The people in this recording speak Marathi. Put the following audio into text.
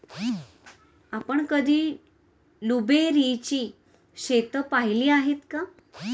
आपण कधी ब्लुबेरीची शेतं पाहीली आहेत काय?